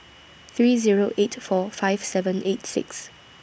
three Zero eight four five seven eight six